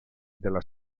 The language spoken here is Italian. della